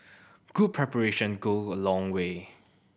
good preparation go a long way